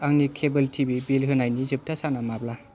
आंनि cable TV bill होनायनि जोबथा साना माब्ला